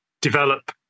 develop